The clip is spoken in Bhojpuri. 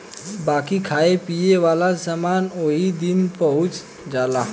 बाकी खाए पिए वाला समान ओही दिन पहुच जाला